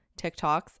TikToks